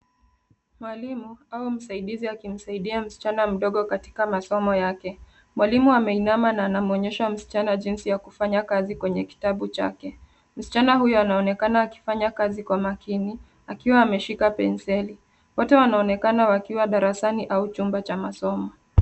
Mwalimu au msaidizi akimsaidia msichana mdogo katika masomo yake. Mwalimu ameinama na anamwonyesha msichana jinsi ya kufanya kazi kwenye kitabu chake. Msichana huyo anaonekana akifanya kazi kwa makini, akiwa ameshika penseli. Wote wanaonekana wakiwa darasani au chumba cha masomo.